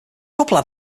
couple